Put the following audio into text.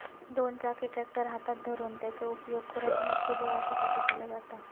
दोन चाकी ट्रॅक्टर हातात धरून त्याचो उपयोग खुरपणी, कुदळ अश्यासाठी केलो जाता